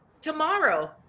tomorrow